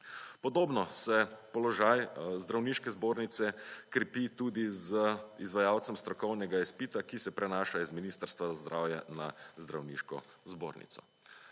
Podobno se položaj zdravniške zbornice krepi tudi z izvajalcem strokovnega izpita, ki se prinaša iz Ministrstva za zdravje na zdravniško zbornico.